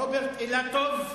רוברט אילטוב,